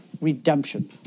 redemption